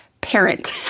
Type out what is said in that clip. parent